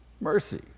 Mercy